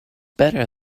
better